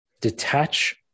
detach